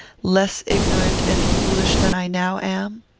less ignorant and foolish than i now am.